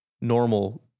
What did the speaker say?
normal